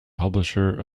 publisher